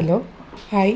hello hi